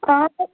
हां ते